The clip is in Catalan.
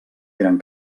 gran